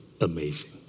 amazing